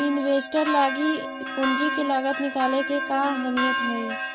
Investor लागी पूंजी के लागत निकाले के का अहमियत हई?